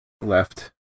left